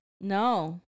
No